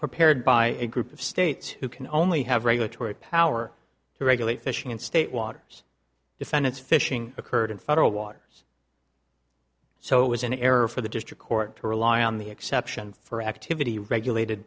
prepared by a group of states who can only have regulatory power to regulate fishing in state waters defendants fishing occurred in federal waters so it was an error for the district court to rely on the exception for activity regulated